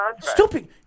Stupid